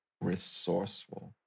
resourceful